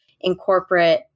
incorporate